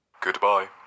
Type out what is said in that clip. goodbye